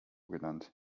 genannt